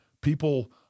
People